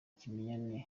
kimenyane